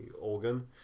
organ